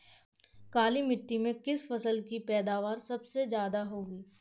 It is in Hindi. काली मिट्टी में किस फसल की पैदावार सबसे ज्यादा होगी?